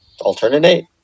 Alternate